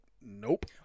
nope